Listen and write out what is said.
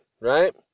right